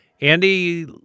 Andy